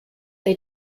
they